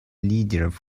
лидеров